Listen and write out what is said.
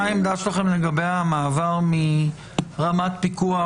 מה העמדה שלכם לגבי המעבר מרמת פיקוח